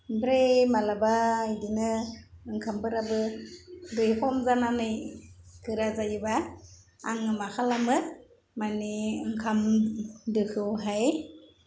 ओमफ्राय माब्लाबा बिदिनो ओंखामफोराबो दै खम जानानै गोरा जायोबा आङो मा खालामो माने ओंखाम दोखौहाय